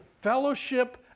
fellowship